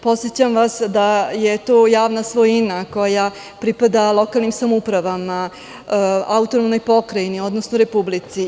Podsećam vas da je to javna svojina koja pripada lokalnim samoupravama, Autonomnoj pokrajini, odnosno Republici.